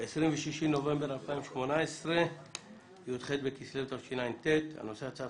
26 בנובמבר 2018 י"ח בכסלו התשע"ט בנושא הצעת